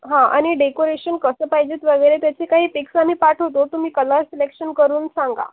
हां आणि डेकोरेशन कसं पाहिजेत वगैरे त्याची काही पिक्स आम्ही पाठवतो तुम्ही कलर सिलेक्शन करून सांगा